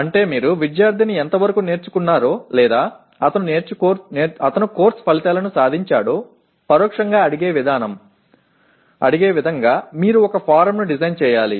అంటే మీరు విద్యార్థిని ఎంతవరకు నేర్చుకున్నారో లేదా అతను కోర్సు ఫలితాలను సాధించాడో పరోక్షంగా అడిగే విధంగా మీరు ఒక ఫారమ్ను డిజైన్ చేయాలి